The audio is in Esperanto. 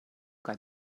kaj